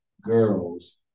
girls